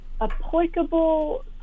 applicable